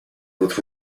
with